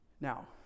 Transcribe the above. Now